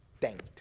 thanked